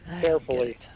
Carefully